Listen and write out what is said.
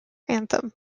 anthem